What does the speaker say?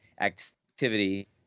activity